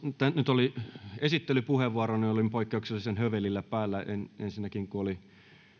nyt oli esittelypuheenvuoro niin että olin poikkeuksellisen hövelillä päällä vielä kun oli